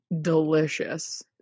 Delicious